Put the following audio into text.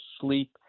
sleep